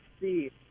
see